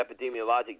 epidemiologic